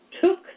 took